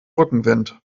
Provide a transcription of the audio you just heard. rückenwind